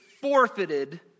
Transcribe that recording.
forfeited